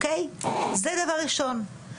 זה דבר ראשון.